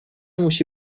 musi